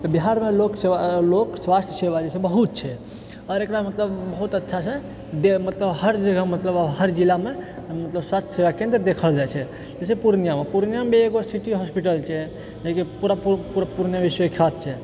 बिहारमे लोक स्वास्थ्य सेवा लोक स्वास्थ्य सेवा जे छै बहुत छै आओर एकरा मतलब बहुत अच्छा से मतलब हर जगह मतलब हर जिलामे मतलब स्वास्थ्य सेवा केन्द्र देखल जाइत छै जैसे पूर्णियामे पूर्णियामे एगो सिटी हॉस्पिटल छै जेकि पूरा पूर्णियामे विश्वविख्यात छै